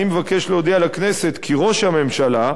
אני מבקש להודיע לכנסת כי ראש הממשלה,